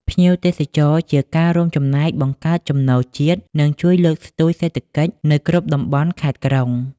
ភ្ញៀវទេសចរជាការរួមចំណែកបង្កើតចំណូលជាតិ និងជួយលើកស្ទួយសេដ្ឋកិច្ចនៅគ្រប់តំបន់ ខេត្ត ក្រុង។